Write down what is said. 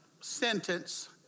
sentence